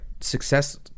success